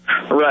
Right